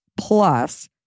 plus